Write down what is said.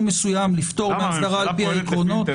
מסוים לפטור מן האסדרה על פי העקרונות?